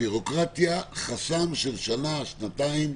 -- חסם של שנה-שנתיים,